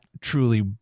truly